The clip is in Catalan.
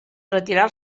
retirar